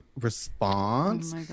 response